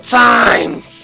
times